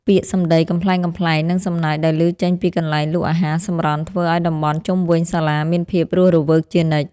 ពាក្យសម្តីកំប្លែងៗនិងសំណើចដែលឮចេញពីកន្លែងលក់អាហារសម្រន់ធ្វើឱ្យតំបន់ជុំវិញសាលាមានភាពរស់រវើកជានិច្ច។